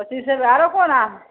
पच्चीसे आरो कोन आम